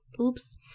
Oops